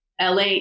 LA